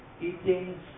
Eating